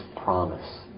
promise